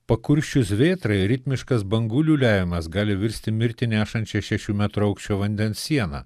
pakursčius vėtrai ritmiškas bangų liūliavimas gali virsti mirtį nešančia šešių metrų aukščio vandens siena